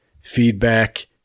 feedback